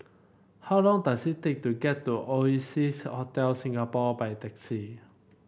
how long does it take to get to Oasias Hotel Singapore by taxi